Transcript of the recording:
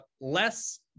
less